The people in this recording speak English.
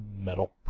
metal